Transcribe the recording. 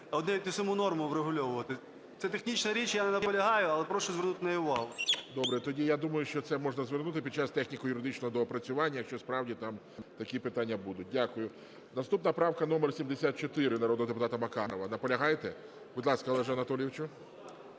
одну і ту саму норму врегульовувати. Це технічна річ, я не наполягаю, але прошу звернути на неї увагу. ГОЛОВУЮЧИЙ. Добре. Тоді я думаю, що це можна звернути під час техніко-юридичного доопрацювання, якщо справді там такі питання будуть. Дякую. Наступна правка - номер 74, народного депутата Макарова. Наполягаєте? Будь ласка, Олеже Анатолійовичу.